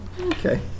okay